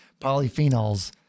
polyphenols